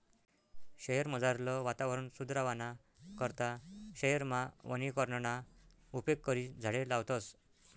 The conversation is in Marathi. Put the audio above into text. शयेरमझारलं वातावरण सुदरावाना करता शयेरमा वनीकरणना उपेग करी झाडें लावतस